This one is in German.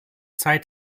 zeit